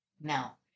Now